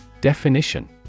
Definition